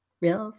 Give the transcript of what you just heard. yes